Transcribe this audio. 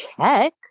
check